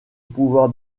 pouvoir